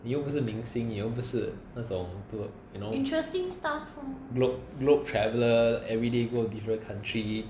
你又不是明星你又不是那种 you know globe globe traveller everyday go different country